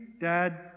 dad